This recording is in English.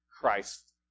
Christ